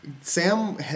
Sam